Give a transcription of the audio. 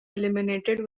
eliminated